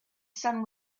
sun